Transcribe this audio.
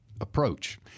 approach